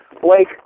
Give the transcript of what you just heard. Blake